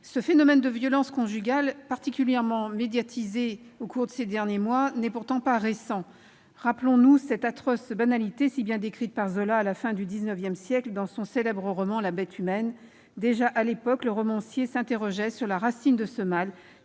Le phénomène des violences conjugales, particulièrement médiatisé au cours des derniers mois, n'est pas récent. Rappelons-nous cette atroce banalité, si bien décrite par Zola, à la fin du XIX siècle, dans son célèbre roman. Déjà, à l'époque, le romancier s'interrogeait sur la racine de ce mal,